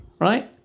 Right